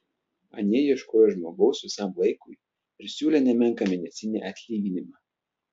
anie ieškojo žmogaus visam laikui ir siūlė nemenką mėnesinį atlyginimą